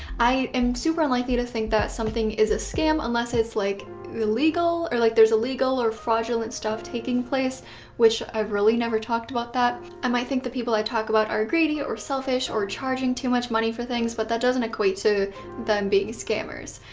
i am super unlikely to think that something is a scam unless it's like illegal or like there's illegal or fraudulent stuff taking place which i've really never talked about that. i might think the people i talk about are greedy ah or selfish or charging too much money for things but that doesn't equate to them being scammers.